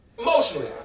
Emotionally